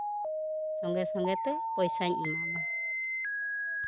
ᱥᱚᱝᱜᱮ ᱥᱚᱝᱜᱮᱛᱮ ᱯᱚᱭᱥᱟᱧ ᱮᱢᱟᱢᱟ